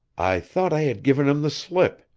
i thought i had given him the slip,